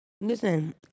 Listen